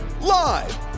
Live